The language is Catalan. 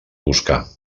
buscar